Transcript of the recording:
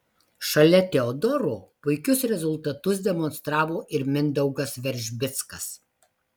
šalia teodoro puikius rezultatus demonstravo ir mindaugas veržbickas